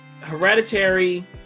Hereditary